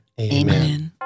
Amen